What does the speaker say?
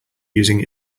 using